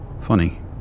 Funny